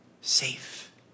safe